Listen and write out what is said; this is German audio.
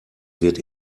wird